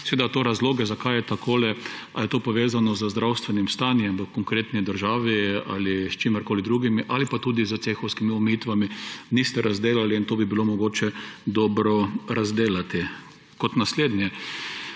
Seveda razloge zakaj je takole, ali je to povezano z zdravstvenim stanjem v konkretni državi ali s čimerkoli drugim ali pa tudi s cehovskimi omejitvami, niste razdelali in to bi bilo mogoče dobro razdelati. Kot naslednje.